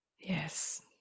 Yes